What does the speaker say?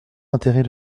intérêt